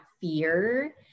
fear